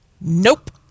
nope